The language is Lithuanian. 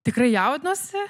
tikrai jaudinuosi